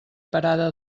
parada